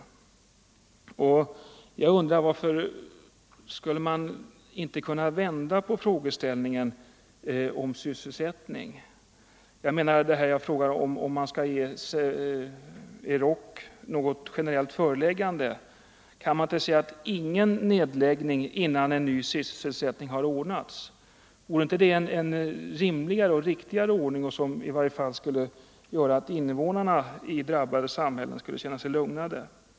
Varför skulle man inte kunna vända på frågeställningen om syssel sättning och frågan om man skall ge Euroc något generellt föreläggande? Kan man inte säga på följande sätt: ingen nedläggning innan ny sysselsättning har ordnats. Vore inte det en rimligare och riktigare ordning, som i varje fall skulle göra att invånarna i drabbade samhällen skulle känna sig lugnade?